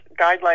guidelines